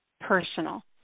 personal